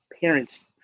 parents